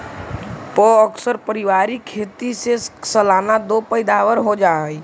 प्अक्सर पारिवारिक खेती से सालाना दो पैदावार हो जा हइ